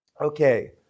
Okay